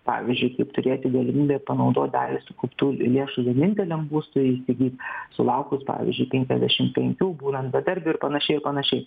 pavyzdžiui kaip turėti galimybę panaudot dalį sukauptų lėšų vieninteliam būstui įsigyt sulaukus pavyzdžiui penkiasdešim penkių būnant bedarbiu ir panašiai ir panašiai